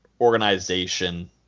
organization